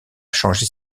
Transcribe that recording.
changer